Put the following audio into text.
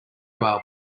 album